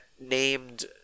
named